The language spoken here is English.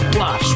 Plus